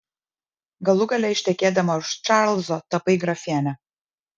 galų gale ištekėdama už čarlzo tapai grafiene